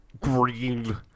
green